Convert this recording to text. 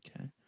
Okay